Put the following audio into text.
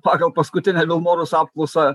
pagal paskutinę vilmorus apklausą